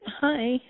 Hi